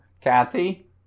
Kathy